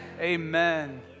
Amen